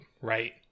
right